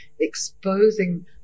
exposing